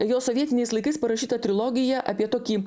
jo sovietiniais laikais parašyta trilogija apie tokį